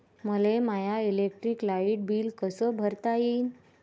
मले माय electric light bill कस भरता येईल?